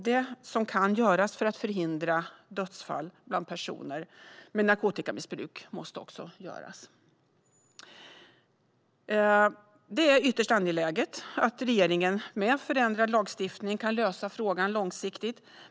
Det som kan göras för att förhindra dödsfall bland personer med narkotikamissbruk måste också göras. Det är ytterst angeläget att regeringen med förändrad lagstiftning kan lösa frågan långsiktigt.